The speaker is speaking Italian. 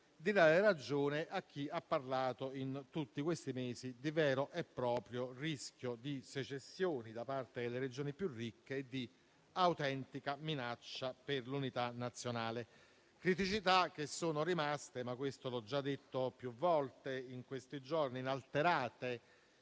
di dare ragione a chi ha parlato in tutti questi mesi di vero e proprio pericolo di secessione da parte delle Regioni più ricche e di autentica minaccia per l'unità nazionale, tanto più che tali criticità - come ho già detto più volte in questi giorni - sono rimaste